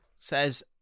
says